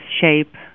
shape